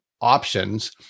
options